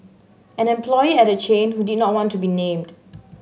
an employee at the chain who did not want to be named